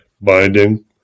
binding